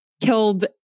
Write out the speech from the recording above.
killed